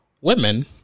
Women